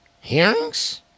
hearings